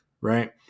right